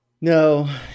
No